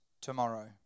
tomorrow